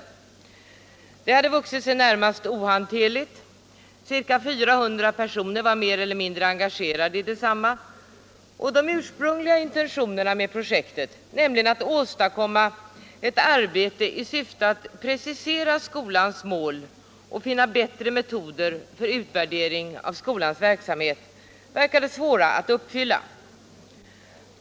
Projektet hade vuxit sig närmast ohanterligt, ca 400 personer var mer eller mindre engagerade i detsamma, och de ursprungliga intentionerna med projektet, nämligen att åstadkomma ett arbete i syfte att precisera skolans mål och finna bättre metoder för utvärdering av skolans verksamhet föreföll svårare att uppfylla.